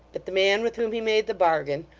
but the man with whom he made the bargain,